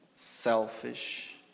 Selfish